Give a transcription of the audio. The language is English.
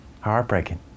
Heartbreaking